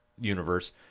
universe